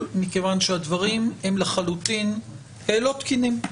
מכיוון שהדברים הם לחלוטין לא תקינים.